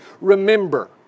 remember